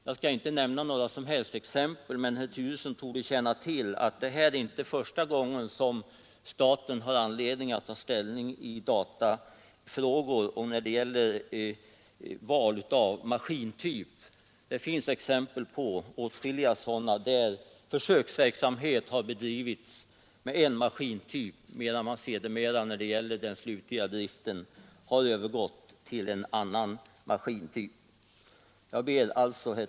Jag skall här inte nämna något exempel, men herr Turesson torde känna till att detta inte är första gången som staten har anledning att ta ställning i datafrågor och när det gäller val av maskintyp. Försöksverksamhet har i åtskilliga fall bedrivits med en maskintyp, men man har ändå i den slutliga driften gått över till en annan typ av maskiner. Herr talman!